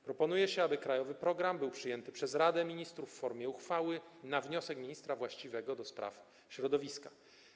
Proponuje się, aby krajowy program był przyjęty przez Radę Ministrów w formie uchwały na wniosek ministra właściwego do spraw środowiska.